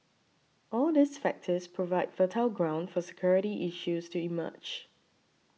all these factors provide fertile ground for security issues to emerge